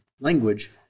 language